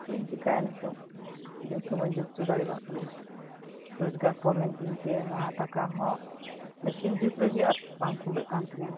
ᱪᱮᱫ ᱤᱧ ᱪᱮᱠᱟᱭᱟ ᱱᱤᱛᱚᱜ ᱡᱩᱛᱦᱚᱸ ᱵᱟᱹᱧ ᱡᱩᱛ ᱩᱪᱩ ᱫᱟᱲᱤᱭᱟᱜ ᱠᱟᱱᱟ ᱨᱚᱡᱜᱟᱨ ᱠᱚᱢᱮᱱ ᱛᱤᱧᱛᱮ ᱱᱚᱣᱟ ᱴᱟᱠᱟᱦᱚᱸ ᱢᱮᱥᱤᱱ ᱡᱩᱛ ᱞᱟᱹᱜᱤᱫ ᱵᱟᱝ ᱠᱩᱞᱟᱹᱜ ᱠᱟᱱᱛᱤᱧᱟᱹ